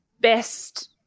best